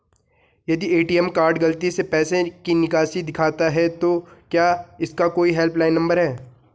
यदि ATM card गलती से पैसे की निकासी दिखाता है तो क्या इसका कोई हेल्प लाइन नम्बर है?